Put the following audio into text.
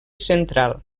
central